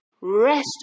rest